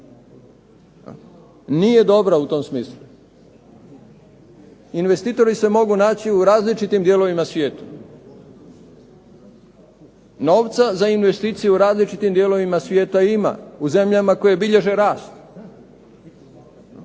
Nije dobro u tom smislu. Investitori se mogu naći u različitim dijelovima svijeta. Novca za investicije u različitim dijelovima svijeta ima u zemljama koje bilježe rast.